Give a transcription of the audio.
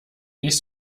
nicht